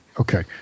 Okay